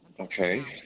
Okay